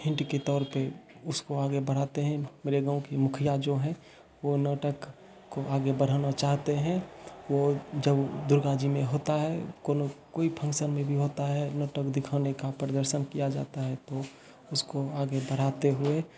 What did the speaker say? hint के तौर पर उसको आगे बढ़ाते हैं मेरे गाँव की मुखिया जो हैं वो नाटक को आगे बढ़ाना चाहते हैं वो जब दुर्गा जी में होता है कोनो कोई फंक्शन में भी होता है नाटक दिखाने का प्रदर्शन किया जाता है तो उसको आगे बढ़ाते हुए